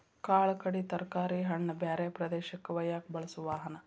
ಕಾಳ ಕಡಿ ತರಕಾರಿ ಹಣ್ಣ ಬ್ಯಾರೆ ಪ್ರದೇಶಕ್ಕ ವಯ್ಯಾಕ ಬಳಸು ವಾಹನಾ